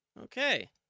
Okay